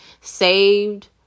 saved